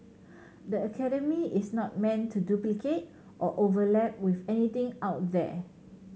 the academy is not meant to duplicate or overlap with anything out there